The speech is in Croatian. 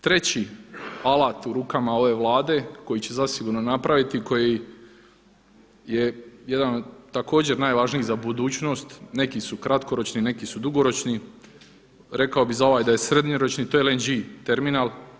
Treći alat u rukama ove Vlade koji će zasigurno napraviti koji je jedan od također najvažniji za budućnost, neki su kratkoročni neki su dugoročni, rekao bi za ovaj da je srednjoročni to je LNG terminal.